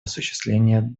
осуществления